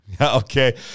Okay